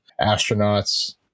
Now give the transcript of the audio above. astronauts